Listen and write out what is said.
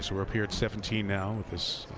so we're up here at seventeen now with this